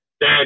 Dad